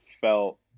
felt